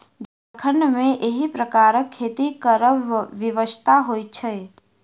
झारखण्ड मे एहि प्रकारक खेती करब विवशता होइत छै